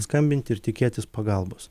skambinti ir tikėtis pagalbos